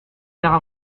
faire